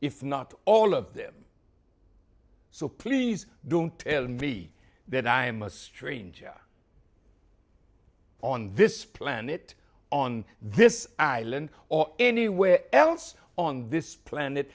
if not all of them so please don't tell me that i am a stranger on this planet on this island or anywhere else on this planet